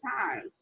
time